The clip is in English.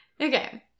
okay